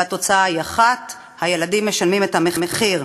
והתוצאה היא אחת, הילדים משלמים את המחיר.